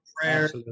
prayer